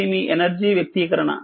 ఇది మీ ఎనర్జీ వ్యక్తీకరణ